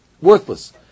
worthless